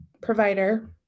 provider